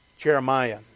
Jeremiah